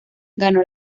ganó